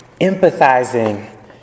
empathizing